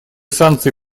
санкции